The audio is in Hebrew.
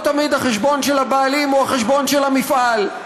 לא תמיד החשבון של הבעלים הוא החשבון של המפעל.